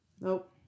Nope